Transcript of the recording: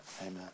Amen